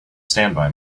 standby